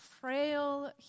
frail